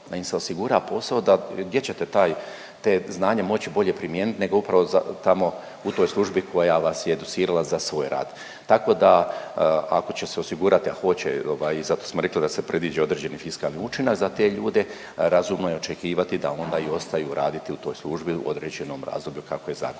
da ima se osigura posao da gdje ćete taj, to znanje moći bolje primijeniti nego tamo u toj službi koja vas je educirala za svoj rad. Tako da ako će se osigurati, a hoće ovaj zato smo rekli da se predviđa određeni fiskalni učinak za te ljude razumno je očekivati da onda i ostaju raditi u toj službi u određenom razdoblju kako je zakon